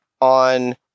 on